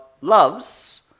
loves